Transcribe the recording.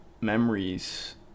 memories